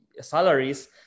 salaries